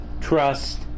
trust